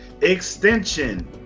extension